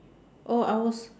oh I was